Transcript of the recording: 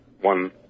one